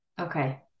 Okay